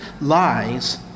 lies